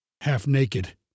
half-naked